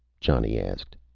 johnny asked.